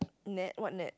net what net